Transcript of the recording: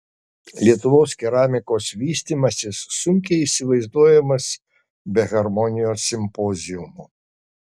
lietuvos keramikos vystymasis sunkiai įsivaizduojamas be harmonijos simpoziumų